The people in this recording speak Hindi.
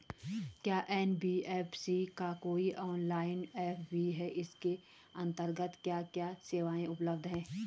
क्या एन.बी.एफ.सी का कोई ऑनलाइन ऐप भी है इसके अन्तर्गत क्या क्या सेवाएँ उपलब्ध हैं?